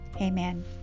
Amen